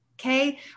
Okay